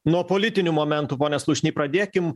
nuo politinių momentų pone slušny pradėkim